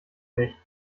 nicht